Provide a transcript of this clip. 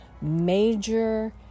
major